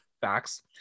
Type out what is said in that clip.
facts